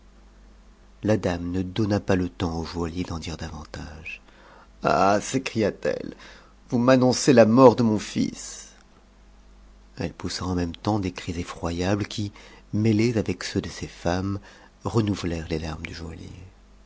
la dame ne donna pas le temps au joaillier d'en dire davantage àb s'écria-t-elle vous m'annoncez la mort de mon sis elle poussa en même temps des cris effroyables qui mêlés avec ceux de ses femmes renouvelèrent les larmes du